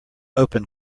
open